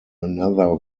another